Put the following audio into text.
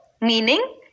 meaning